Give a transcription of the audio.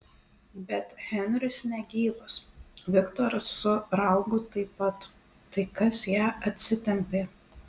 bet henris negyvas viktoras su raugu taip pat tai kas ją atsitempė